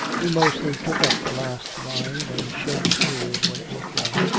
we mostly took up the last line, and shed tears when it was done,